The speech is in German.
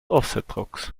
offsetdrucks